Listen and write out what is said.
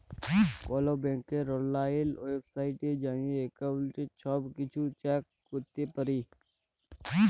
call ব্যাংকের অললাইল ওয়েবসাইটে যাঁয়ে এক্কাউল্টের ছব কিছু চ্যাক ক্যরতে পারি